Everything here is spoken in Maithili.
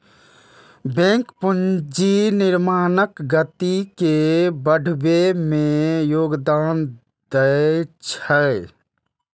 बैंक पूंजी निर्माणक गति के बढ़बै मे योगदान दै छै